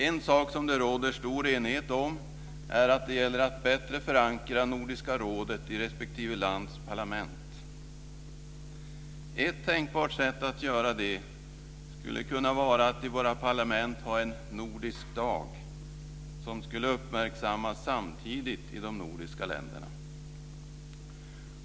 En sak som det råder stor enighet om är att det gäller att bättre förankra Nordiska rådet i respektive lands parlament. Ett tänkbart sätt att göra det skulle kunna vara att i våra parlament ha en nordisk dag, som skulle uppmärksammas samtidigt i de nordiska länderna.